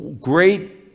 great